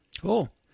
Cool